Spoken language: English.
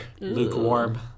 lukewarm